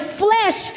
flesh